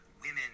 women